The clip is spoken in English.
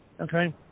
Okay